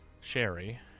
sherry